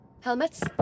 Helmets